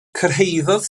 cyrhaeddodd